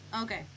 Okay